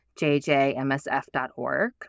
jjmsf.org